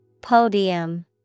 Podium